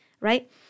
right